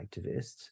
activists